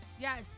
yes